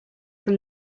from